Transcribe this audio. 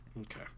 Okay